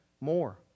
more